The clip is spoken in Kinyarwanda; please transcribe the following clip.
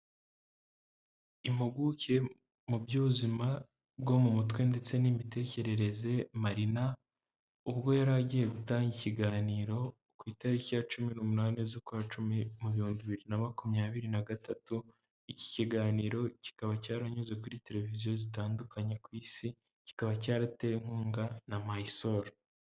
Impuguke mu by'ubuzima bwo mu mutwe ndetse n'imitekerereze Marina, ubwo yari agiye gutanga ikiganiro ku itariki ya cumi n'umunani z'ukwa cumi, mu bihumbi bibiri na makumyabiri na gatatu, iki kiganiro kikaba cyaranyuze kuri televiziyo zitandukanye ku isi, kikaba cyaratewe inkunga na mayisolu.